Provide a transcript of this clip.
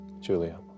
Julia